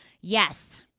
Yes